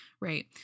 Right